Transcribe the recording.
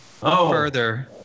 further